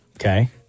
Okay